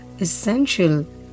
essential